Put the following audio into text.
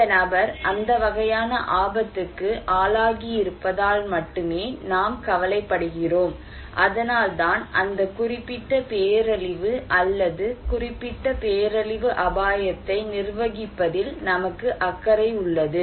இந்த நபர் அந்த வகையான ஆபத்துக்கு ஆளாகியிருப்பதால் மட்டுமே நாம் கவலைப்படுகிறோம் அதனால்தான் அந்த குறிப்பிட்ட பேரழிவு அல்லது குறிப்பிட்ட பேரழிவு அபாயத்தை நிர்வகிப்பதில் நமக்கு அக்கறை உள்ளது